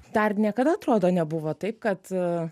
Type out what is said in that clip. dar niekada atrodo nebuvo taip kad